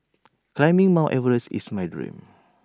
climbing mount Everest is my dream